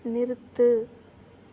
நிறுத்து